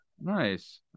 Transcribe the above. nice